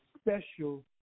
special